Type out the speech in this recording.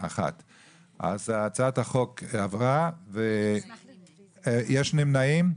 1. יש נמנעים?